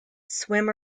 swim